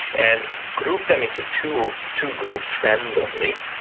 and group them into two two groups, friend only.